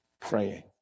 praying